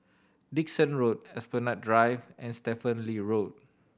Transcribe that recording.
Dickson Road Esplanade Drive and Stephen Lee Road